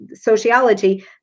sociology